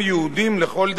ובשל כך